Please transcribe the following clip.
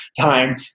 time